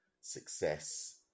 success